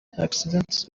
accidents